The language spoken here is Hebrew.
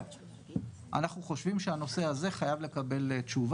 לא קיבל את הטבת המס,